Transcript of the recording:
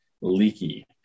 leaky